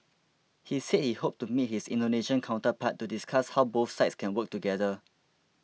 he said he hoped to meet his Indonesian counterpart to discuss how both sides can work together